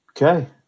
okay